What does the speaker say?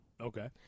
Okay